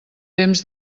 temps